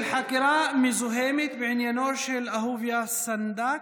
חקירה מזוהמת בעניינו של אהוביה סנדק,